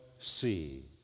see